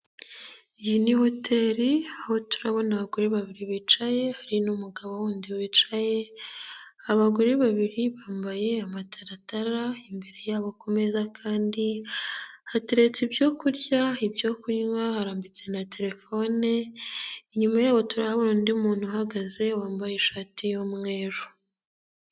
Iyi ni hoteri ho turabona abagore babiri bicaye, hari n'umugabo wundi wicaye, abagore babiri bambaye amataratara, imbere yabo ku meza kandi hateretse ibyo kurya, ibyo kunywa, harambitse na telefone, inyuma yabo turabona undi muntu uhagaze wambaye ishati y'umweru.